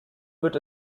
wird